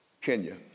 Kenya